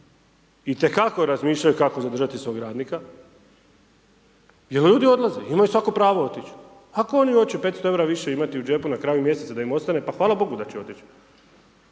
itekako razmišljaju kako zadržati svog radnika jel ljudi odlaze, ima svatko pravo otići, ako oni hoće 500,00 EUR-a imati više u džepu na kraju mjeseca da im ostane, pa hvala Bogu da će otići.